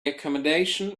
accommodation